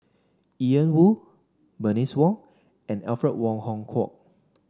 Ian Woo Bernice Ong and Alfred Wong Hong Kwok